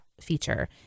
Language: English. feature